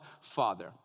Father